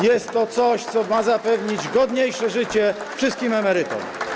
Jest to coś, co ma zapewnić godniejsze życie wszystkim emerytom.